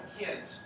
kids